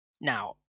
now